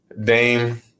Dame